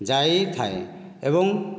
ଯାଇଥାଏ ଏବଂ